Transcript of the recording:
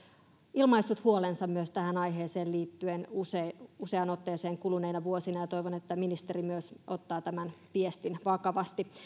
ilmaissut huolensa tähän aiheeseen liittyen useaan useaan otteeseen kuluneina vuosina ja toivon että ministeri myös ottaa tämän viestin vakavasti